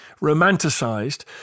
romanticised